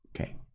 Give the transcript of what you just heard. Okay